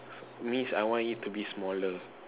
means I want it to be smaller